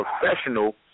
professional